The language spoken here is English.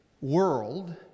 world